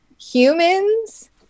Humans